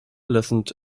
listened